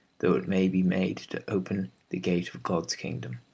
though it may be made to open the gate of god's kingdom.